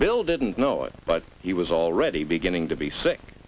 bill didn't know it but he was already beginning to be sick